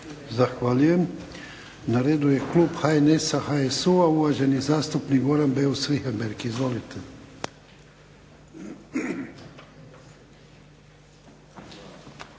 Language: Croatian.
Zahvaljujem. Na redu je klub HNS-a, HSU-a uvaženi zastupnik Goran Beus Richembergh. Izvolite.